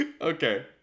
Okay